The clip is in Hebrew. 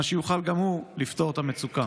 מה שיוכל גם הוא לפתור את המצוקה.